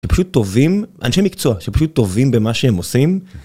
פשוט טובים, אנשים מקצוע שפשוט טובים במה שהם עושים.